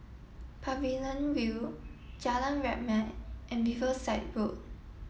Pavilion View Jalan Rahmat and Riverside Road